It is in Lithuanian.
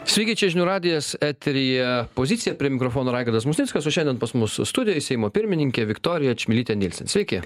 sveiki čia žinių radijas eteryje pozicija prie mikrofono raigardas musnickas o šiandien pas mus studijoj seimo pirmininkė viktorija čmilytė nilsen sveiki